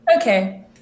okay